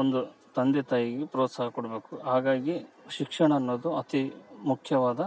ಒಂದು ತಂದೆ ತಾಯಿಗೆ ಪ್ರೋತ್ಸಾಹ ಕೊಡಬೇಕು ಹಾಗಾಗಿ ಶಿಕ್ಷಣ ಅನ್ನೋದು ಅತಿ ಮುಖ್ಯವಾದ